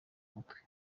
umutwe